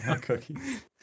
cookies